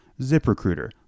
ZipRecruiter